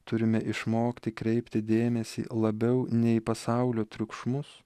turime išmokti kreipti dėmesį labiau ne į pasaulio triukšmus